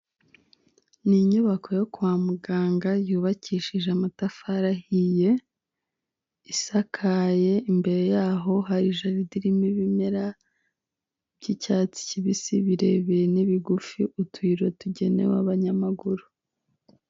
Ni inyubako yo kwa muganga yubakishije amatafarihiye, isakaye imbere yaho hari jaride irimo ibimera by'icyatsi kibisi birebire ni bigufi, utuyira tugenewe abanyamaguru.